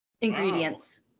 ingredients